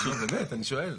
אני באמת שואל.